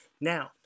Now